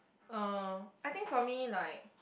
uh I think for me like